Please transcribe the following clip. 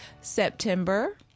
September